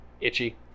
Itchy